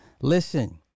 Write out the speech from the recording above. Listen